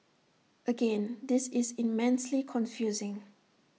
again this is immensely confusing